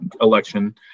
election